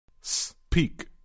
Speak